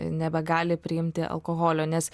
nebegali priimti alkoholio nes